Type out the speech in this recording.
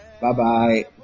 Bye-bye